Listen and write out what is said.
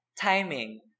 timing